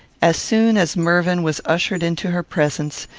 as soon as mervyn was ushered into her presence,